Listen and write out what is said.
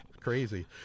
Crazy